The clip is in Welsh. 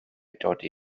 dodi